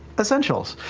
essentials.